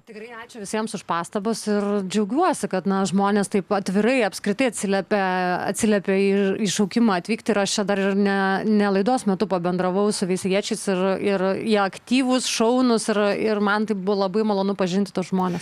tikrai ačiū visiems už pastabas ir džiaugiuosi kad na žmonės taip atvirai apskritai atsiliepia atsiliepia į į šaukimą atvykti ir aš čia dar ne ne laidos metu pabendravau su veisiejiečiais ir ir jie aktyvūs šaunūs ir ir man tai buvo labai malonu pažinti tuos žmones